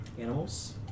animals